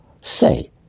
say